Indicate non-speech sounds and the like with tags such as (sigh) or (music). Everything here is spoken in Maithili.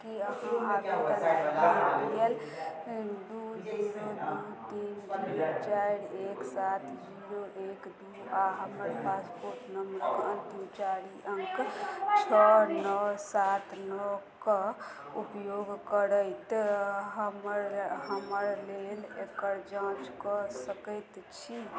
कि अहाँ आवेदन (unintelligible) दुइ जीरो दुइ तीन जीरो चारि एक सात जीरो एक दुइ आओर हमर पासपोर्ट नम्बरके अन्तिम चारि अङ्क छओ नओ सात नओके उपयोग करैत हमर हमर लेल एकर जाँच कऽ सकै छी